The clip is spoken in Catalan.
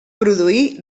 produir